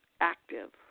active